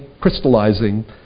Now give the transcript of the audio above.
crystallizing